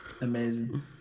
Amazing